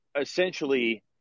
essentially